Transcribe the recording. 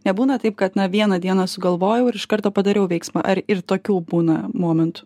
nebūna taip kad na vieną dieną sugalvojau ir iš karto padariau veiksmą ar ir tokių būna momentų